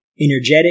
energetic